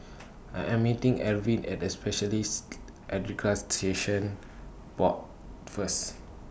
I Am meeting Arvin At Specialists Accreditation Board First